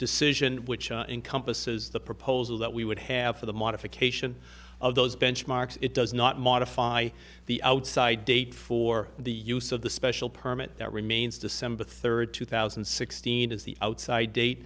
decision which encompasses the proposal that we would have for the modification of those benchmarks it does not modify the outside date for the use of the special permit that remains december third two thousand and sixteen is the outside date